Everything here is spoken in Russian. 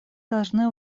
должны